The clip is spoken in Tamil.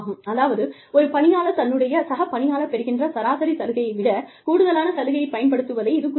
அதாவது ஒரு பணியாளர் தன்னுடைய சக பணியாளர் பெறுகின்ற சராசரி சலுகையை விட கூடுதலான சலுகையைப் பயன்படுத்துவதை இது குறிக்கிறது